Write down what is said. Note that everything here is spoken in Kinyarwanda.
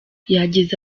yagize